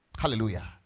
Hallelujah